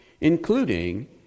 including